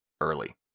early